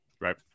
right